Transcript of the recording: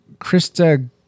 Krista